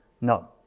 no